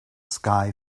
sky